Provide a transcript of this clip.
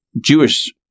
Jewish